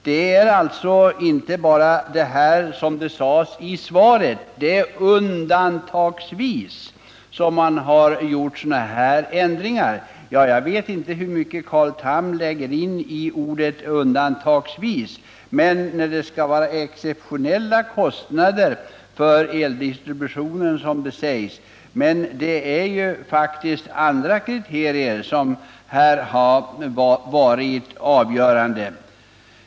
Det är alltså inte bara undantagsvis, som det står i svaret, som det har gjorts sådana här ändringar. Jag vet inte hur mycket Carl Tham, på tal om exceptionella kostnader för eldistributionen, lägger in i ordet undantagsvis. Det är faktiskt andra kriterier som här har varit avgörande.